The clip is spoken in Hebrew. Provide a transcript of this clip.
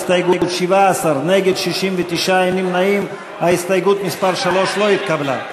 הסתייגות מס' 3 לא התקבלה.